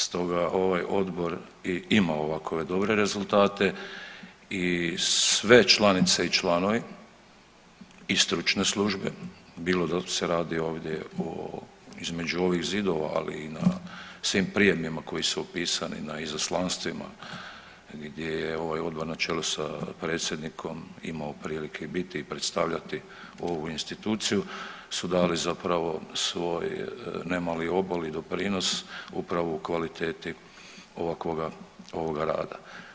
Stoga ovaj odbor i ima ovakve dobre rezultate i sve članice i članovi i stručne službe bilo da se radi ovdje o, između ovih zidova, ali i na svim prijemima koji su upisani na izaslanstvima gdje je ovaj odbor na čelu sa predsjednikom imao prilike biti i predstavljati ovu instituciju, su dali zapravo svoj nemali obol i doprinos upravo u kvaliteti ovakvoga, ovoga rada.